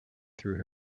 through